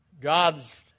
God's